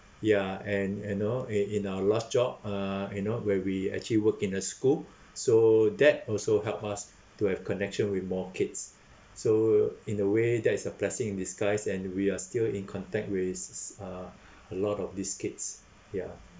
ya and you know in in our last job uh you know where we actually work in a school so that also help us to have connection with more kids so in a way that is a blessing in disguise and we are still in contact with s~ uh a lot of these kids ya